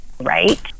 Right